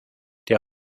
der